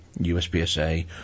USPSA